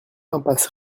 impasse